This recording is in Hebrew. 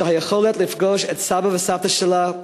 שהיכולת לפגוש את סבא וסבתא שלה,